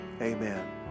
amen